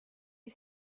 you